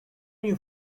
you